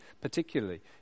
particularly